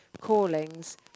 callings